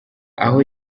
aho